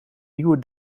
nieuwe